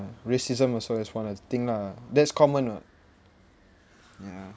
racism also that's one of the thing lah that's common [what] ya